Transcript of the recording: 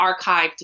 archived